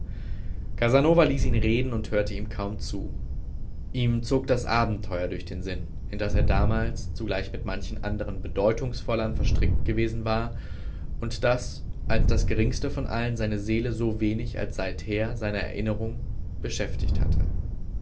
casanova ließ ihn reden und hörte ihm kaum zu ihm zog das abenteuer durch den sinn in das er damals zugleich mit manchen andern bedeutungsvollern verstrickt gewesen war und das als das geringste von allen seine seele so wenig als seither seine erinnerung beschäftigt hatte